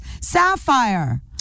sapphire